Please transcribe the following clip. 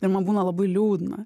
ir man būna labai liūdna